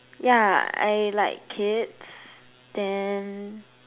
yeah I like kids then